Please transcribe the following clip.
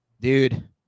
dude